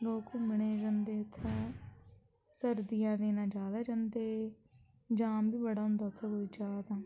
लोक घूमने जंदे उत्थें सर्दियें दिनें ज्यादा जंदे जाम बी बड़ा होंदा उत्थै कोई जा तां